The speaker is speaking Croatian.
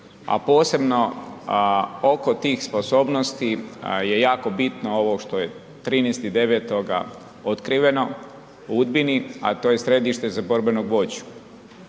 a posebno oko tih sposobnosti je jako bitno ovo što je 13.9. otkriveno u Udbini, a to je Središte za borbenog vođu.